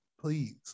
please